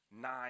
nine